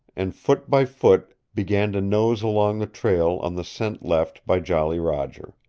and foot by foot began to nose along the trail on the scent left by jolly roger.